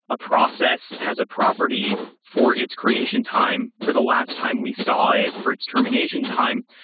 a process has a property for its creation time for the last time we saw it for its termination time,